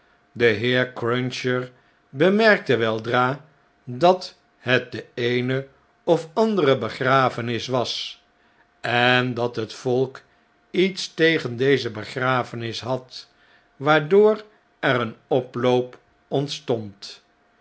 de heer cruncher bemerkte weldra dat het de eene of andere begrafenis was en dat het volk iets tegen deze begrafenis had waardoor er een oploop ontstond